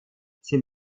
sind